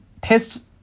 pissed